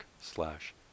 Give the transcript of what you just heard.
slash